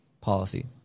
policy